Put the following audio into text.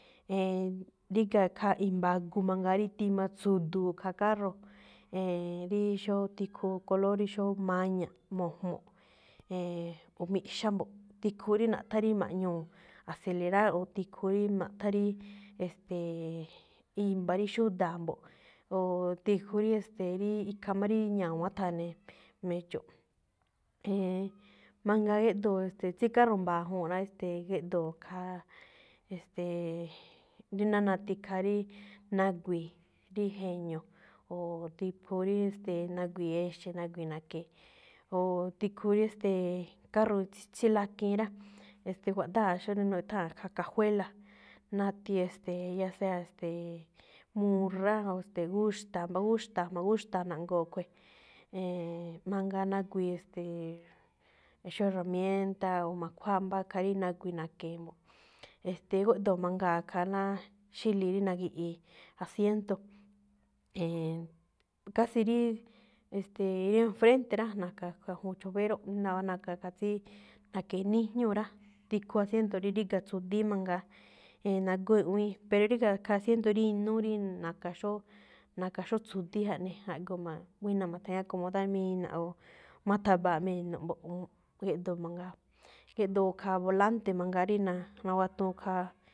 E̱e̱n, ríga̱ khaa i̱mba̱ agu mangaa rí tima tsu̱du̱u̱ khaa carro, e̱e̱n, rí xóo tikhu color rí xóo maña̱ꞌ, mo̱jmo̱ꞌ, e̱e̱n, o miꞌxá mbo̱ꞌ. Tikhu rí naꞌthán rí ma̱ꞌñuu̱ acelerar, o tikhu rí naꞌthán rí, e̱ste̱e̱, i̱mba̱ rí xúdáa̱ mbo̱ꞌ. Oo tikhu rí e̱ste̱e̱, rí ikhaa máꞌ ña̱wán tha̱ne̱, me̱dxo̱ꞌ. E̱e̱n, mangaa éꞌdoo̱, tsí carro mba̱a̱ ñajuu̱n juu̱n rá, e̱ste̱e̱, géꞌdoo̱ khaa, e̱ste̱e̱, rí ná nati khaa rí nagui̱i̱, rí je̱ño̱o̱. O tikhu rí, ste̱e̱, nagui̱i̱ exe̱, nagui̱i̱ na̱ke̱e̱. O tikhu rí, e̱ste̱e̱, carro tsí lakiin rá, e̱ste̱e̱, juaꞌdáa̱ xóo rí nutháa̱n khaa cajuela, nati e̱ste̱e̱, ya sea, e̱ste̱e̱ muráa, o gúxta̱a̱, mbá gúxta̱a̱, a̱jma̱ gúxta̱a̱ na̱ꞌngo̱o̱ khue̱n. E̱e̱n, mangaa nagui̱i̱, e̱ste̱e̱, xóo herramienta o ma̱khuáa mbá khaa rí nagui̱i̱ na̱ke̱e̱ mbo̱ꞌ. E̱ste̱e̱, gúꞌdo̱o̱ mangaa̱ khaa náa, xílii̱ rí na̱gi̱ꞌi̱i̱ asiento, e̱e̱n. casi rí, e̱ste̱e̱, rí en frente rá, na̱ka̱ khaa juun chofer róꞌ, nawa̱a̱ na̱ka̱ khaa tsí, na̱ke̱e̱ níjñúu̱ rá. Tikhu asiento rí ríga̱ tsu̱di̱í mangaa, e̱e̱n, nagóó e̱ꞌwíin. Pero ríga̱ khaa asiento rí inúú, rí na̱ka̱ xóó, na̱ka̱ xóo tsu̱di̱í jaꞌnii. A̱ꞌkho̱ ma̱-buína̱ ma̱tha̱ñi̱í acomodar mina̱ꞌ, o ma̱tha̱ba̱a̱ꞌ me̱no̱ꞌ mbo̱ꞌ. Géꞌdoo mangaa, géꞌdoo khaa volante mangaa rí na- nawatuun khaa.